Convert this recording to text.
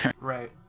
Right